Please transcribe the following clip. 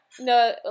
no